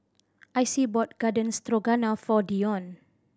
Icy bought Garden Stroganoff for Dionne